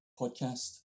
podcast